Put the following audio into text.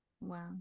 Wow